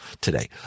today